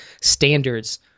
standards